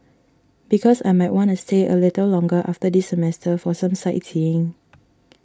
because I might want to stay a little longer after this semester for some sightseeing